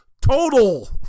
total